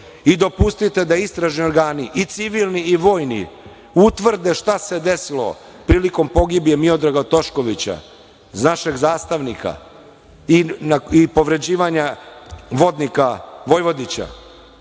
I dopustite da istražni organi i civilni i vojni utvrde šta se desilo prilikom pogibije Miodraga Toškovića, našeg zastavnika i povređivanja vodnika Vojvodića.